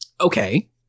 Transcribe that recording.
Okay